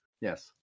Yes